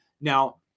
Now